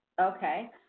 Okay